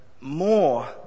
more